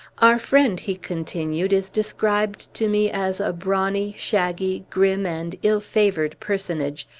our friend, he continued, is described to me as a brawny, shaggy, grim, and ill-favored personage,